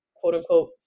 quote-unquote